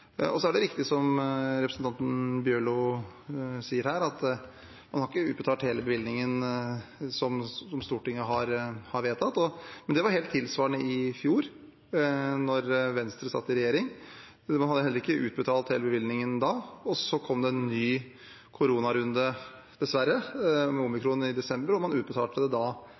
er riktig, som representanten Bjørlo sa, at man ikke har utbetalt hele bevilgningen som Stortinget vedtok, men vi hadde en tilsvarende situasjon i fjor, da Venstre satt i regjering. Man hadde heller ikke da utbetalt hele bevilgningen. Så kom det en ny korona-runde, dessverre, med omikron i desember, og man utbetalte det da.